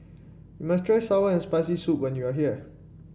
you must try sour and Spicy Soup when you are here